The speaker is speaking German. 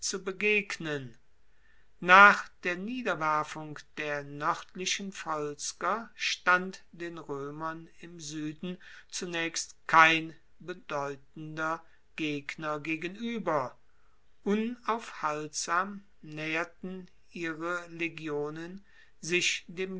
zu begegnen nach der niederwerfung der noerdlichen volsker stand den roemern im sueden zunaechst kein bedeutender gegner gegenueber unaufhaltsam naeherten ihre legionen sich dem